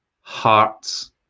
hearts